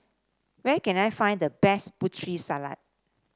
where can I find the best Putri Salad